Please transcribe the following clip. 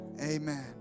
Amen